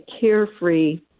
carefree